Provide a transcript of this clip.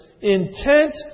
Intent